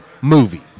movie